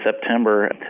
September